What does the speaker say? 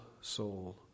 soul